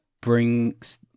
brings